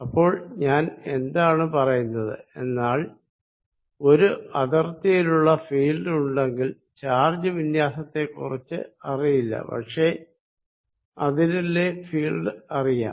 അപ്പോൾ ഞാൻ എന്താണ് പറയുന്നത് എന്നാൽ ഒരു അതിർത്തിയിലുള്ള ഫീൽഡ് ഉണ്ടെങ്കിൽ ചാർജ് വിന്യാസത്തെക്കുറിച്ച് അറിയില്ല പക്ഷെ അതിരിലെ ഫീൽഡ് അറിയാം